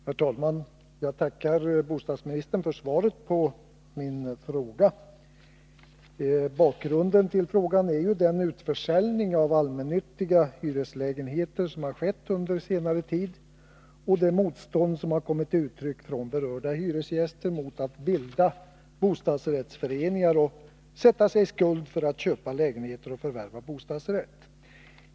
Herr talman! Jag tackar bostadsministern för svaret på min fråga. Bakgrunden till frågan är den utförsäljning av allmännyttiga hyreslägenheter som har skett under senare tid och det motstånd som har kommit till uttryck från berörda hyresgäster mot att bilda bostadsrättsföreningar och sätta sig i skuld för att köpa lägenheter och förvärva bostadsrätter.